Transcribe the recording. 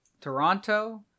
toronto